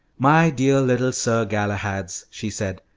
my dear little sir galahads, she said,